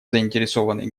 заинтересованные